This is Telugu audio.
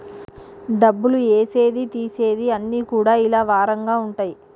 డబ్బులు ఏసేది తీసేది అన్ని కూడా ఇలా వారంగా ఉంటయి